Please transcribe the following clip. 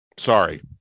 sorry